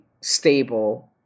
stable